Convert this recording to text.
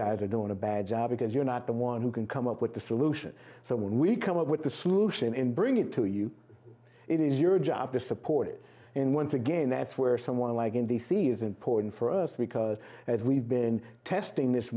guys are doing a bad job because you're not the one who can come up with the solution so when we come up with a solution and bring it to you it is your job to support it and once again that's where someone like in d c is important for us because as we've been testing this